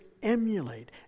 emulate